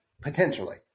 potentially